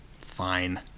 Fine